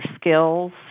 skills